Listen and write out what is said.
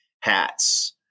hats